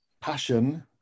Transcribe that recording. passion